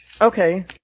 Okay